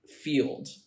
field